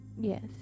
Yes